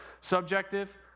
subjective